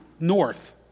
north